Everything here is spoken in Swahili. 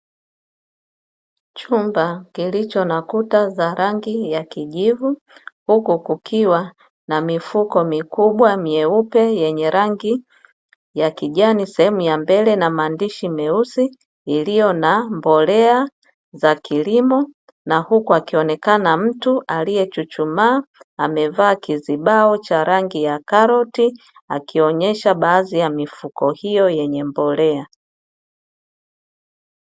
Chumba kilicho na kuta za rangi ya kijivu, huku kukiwa na mifuko mikubwa myeupe yenye rangi ya kijani sehemu ya mbele na maandishi meusi, iliyo na mbolea za kilimo na huku akionekana mtu aliyechuchumaa amevaa kizibao cha rangi ya karoti, akionyesha baadhi ya mifuko hiyo yenye mbolea.